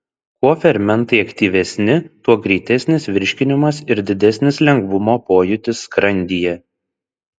kuo fermentai aktyvesni tuo greitesnis virškinimas ir didesnis lengvumo pojūtis skrandyje